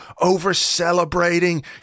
over-celebrating